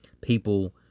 people